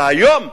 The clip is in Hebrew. והיום,